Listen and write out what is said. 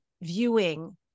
viewing